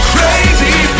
Crazy